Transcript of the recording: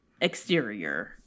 exterior